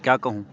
کیا کہوں